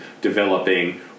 developing